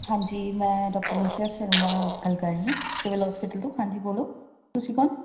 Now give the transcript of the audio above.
ਹਾਂਜੀ ਮੈਂ ਡਾਕਟਰ ਨੀਸ਼ਾ ਸ਼ਰਮਾ ਗੱਲ ਕਰ ਰਹੀ ਹਾਂ ਸਿਵਿਲ ਹੋਸਪੀਟਲ ਤੋਂ ਹਾਂਜੀ ਬੋਲੋ ਤੁਸੀਂ ਕੌਣ